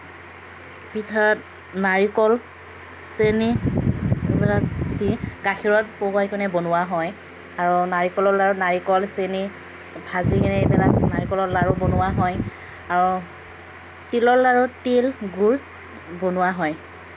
পিঠাত নাৰিকল চেনী এইবিলাক দি গাখীৰত পগাইকিনে বনোৱা হয় আৰু নাৰিকলৰ লাড়ু নাৰিকল চেনী ভাজি নাৰিকলৰ লাড়ু বনোৱা হয় আৰু তিলৰ লাড়ুত তিল গুড় বনোৱা হয়